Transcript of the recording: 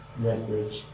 Redbridge